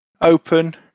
Open